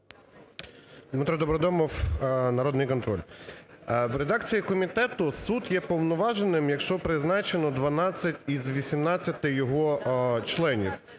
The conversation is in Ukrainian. Дмитро Добродомов, "Народний контроль". У редакції комітету суд є повноважним, якщо призначено 12 із 18 його членів.